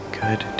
good